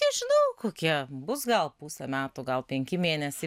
nežinau kokie bus gal pusė metų gal penki mėnesiai